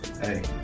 Hey